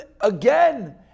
again